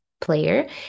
player